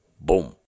boom